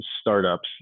startups